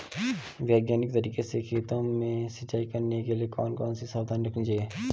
वैज्ञानिक तरीके से खेतों में सिंचाई करने के लिए कौन कौन सी सावधानी रखनी चाहिए?